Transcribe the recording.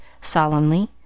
solemnly